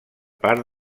part